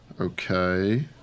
Okay